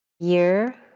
year